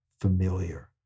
familiar